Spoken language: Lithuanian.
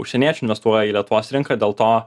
užsieniečių investuoja į lietuvos rinką dėl to